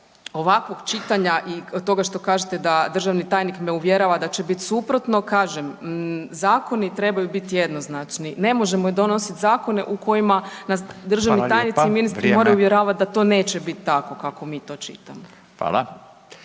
ovakvog čitanja i toga što kažete da državni tajnik me uvjerava da će biti suprotno kažem zakoni trebaju biti jednoznačni. Ne možemo donositi zakone u kojima nas državni tajnici i ministri …/Upadica: Hvala lijepa, vrijeme./… moraju uvjeravati da to neće biti tako kako mi to čitamo.